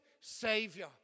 Savior